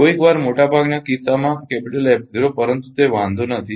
કોઇકવાર મોટા ભાગના કિસ્સામાં પરંતુ તે વાંધો નથી